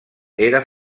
era